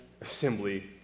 assembly